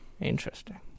Interesting